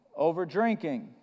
Overdrinking